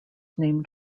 named